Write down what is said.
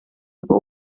juba